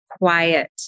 quiet